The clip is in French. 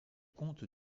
compte